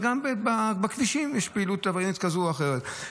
וגם בכבישים יש פעילות עבריינית כזו או אחרת.